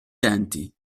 denti